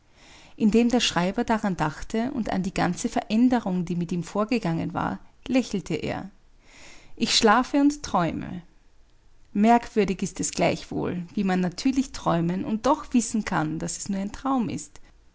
indem der schreiber daran dachte und an die ganze veränderung die mit ihm vorgegangen war lächelte er ich schlafe und träume merkwürdig ist es gleichwohl wie man natürlich träumen und doch wissen kann daß es nur ein traum ist